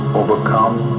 overcome